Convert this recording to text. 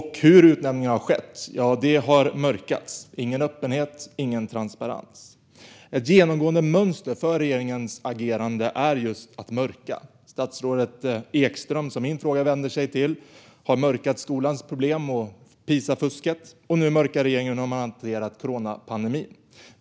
Hur utnämningarna har skett har mörkats - ingen öppenhet, ingen transparens. Ett genomgående mönster för regeringens agerande är just att mörka. Statsrådet Ekström, som min fråga vänder sig till, har mörkat skolans problem och Pisa-fusket. Nu mörkar regeringen hur man hanterat coronapandemin.